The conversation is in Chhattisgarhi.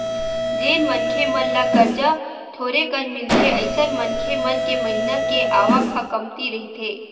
जेन मनखे मन ल करजा थोरेकन मिलथे अइसन मनखे मन के महिना के आवक ह कमती रहिथे